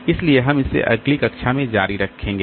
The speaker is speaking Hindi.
इसलिए हम इसे अगली कक्षा में जारी रखेंगे